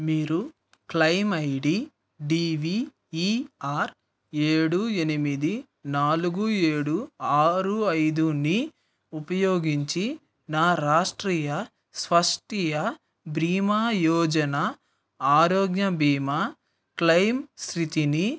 మీరు claim I D D V E R ఏడు ఎనిమిది నాలుగు ఏడు ఆరు ఐదుని ఉపయోగించి నా రాష్ట్రీయ స్వాస్థ్య బీమా యోజన ఆరోగ్య బీమా క్లయిమ్ స్థితిని